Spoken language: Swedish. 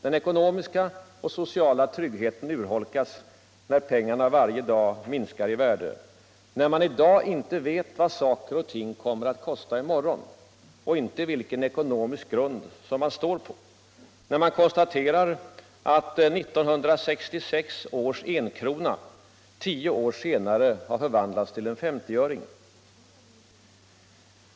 Den ekonomiska och sociala tryggheten urholkas, när pengarna varje dag minskar i värde, när man i dag inte vet vad saker och ting kommer att kosta i morgon och när man inte vet vilken ekonomisk grund man står på — när man konstaterar att 1966 års enkrona tio år senare har förvandlats till en femtioöring.